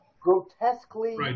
grotesquely